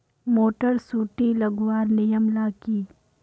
Motor सुटी लगवार नियम ला की?